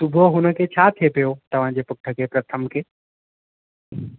सुबुह हुन खे छा थिए पियो तव्हां जे पुट खे प्रथम खे